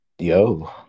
Yo